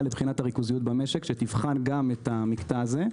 לבחינת הריכוזיות במשק שתבחן גם את המקטע הזה.